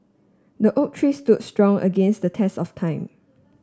the oak tree stood strong against the test of time